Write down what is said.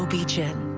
beach n.